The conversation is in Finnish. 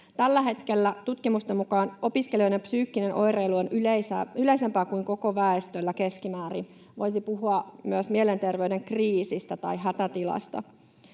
Tällä hetkellä tutkimusten mukaan opiskelijoiden psyykkinen oireilu on yleisempää kuin koko väestöllä keskimäärin. Voisi puhua myös mielenterveyden kriisistä tai hätätilasta.